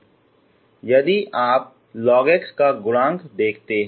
यदि आप log x का गुणांक देखते हैं